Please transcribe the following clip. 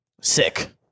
Sick